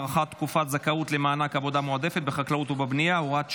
הארכת תקופת הזכאות למענק עבודה מועדפת בחקלאות ובבנייה) (הוראת שעה),